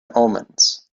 omens